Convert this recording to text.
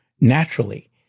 naturally